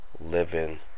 living